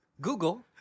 Google